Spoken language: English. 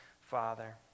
Father